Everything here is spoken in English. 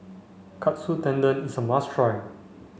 Katsu Tendon is a must try